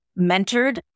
mentored